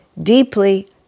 deeply